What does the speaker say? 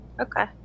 Okay